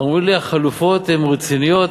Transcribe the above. אמרו לי: החלופות הן רציניות,